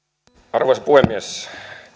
arvoisa puhemies